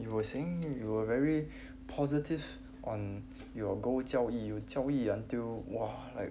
you were saying you were very positive on your gold 交易 you 交易 until !wah! like